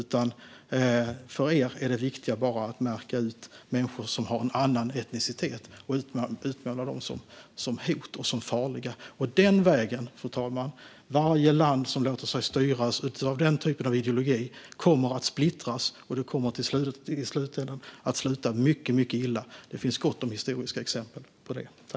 För er är det viktiga att märka ut människor som har en annan etnicitet och utmåla dem som hot och som farliga. Varje land som går den vägen, fru talman, och låter sig styras av den typen av ideologi kommer att splittras, och det kommer att sluta mycket, mycket illa. Det finns gott om historiska exempel på detta.